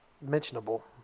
mentionable